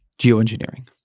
geoengineering